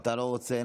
אתה לא רוצה?